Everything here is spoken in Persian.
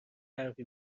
حرفی